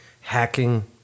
hacking